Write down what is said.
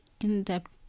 in-depth